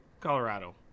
colorado